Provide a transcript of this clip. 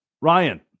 Ryan